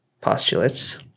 postulates